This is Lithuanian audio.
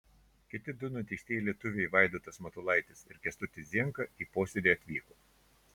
kiti du nuteistieji lietuviai vaidotas matulaitis ir kęstutis zienka į posėdį atvyko